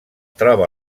troba